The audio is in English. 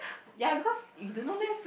ya because you don't know meh